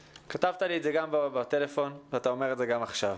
כתבת לי את הדברים ואתה אומר זאת גם עכשיו.